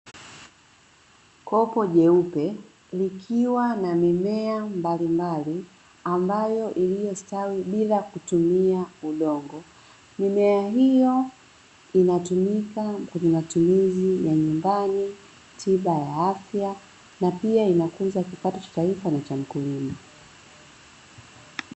Kopo jeupe, likiwa na mimea mbalimbali, ambayo iliyostawi bila kutumia udongo. Mimea hiyo inatumika kwenye matumizi ya nyumbani, tiba ya afya na pia inakuza kipato cha taifa na cha mkulima.